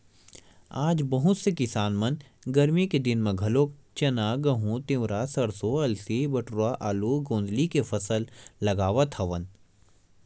आज बहुत से किसान मन गरमी के दिन म घलोक चना, गहूँ, तिंवरा, सरसो, अलसी, बटुरा, आलू, गोंदली के फसल लगावत हवन